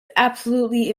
absolutely